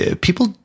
people